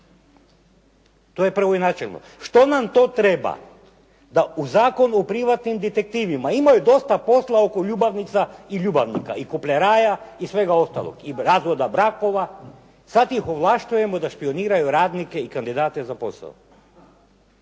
To je prvo i načelno. Što nam to treba da u Zakonu o privatnim detektivima? Imaju dosta posla oko ljubavnica i ljubavnika i kupleraja i svega ostalog i razvoda brakova. Sad ih ovlašćujemo da špijuniraju radnike i kandidate za posao.